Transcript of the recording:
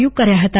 you કર્યા હતા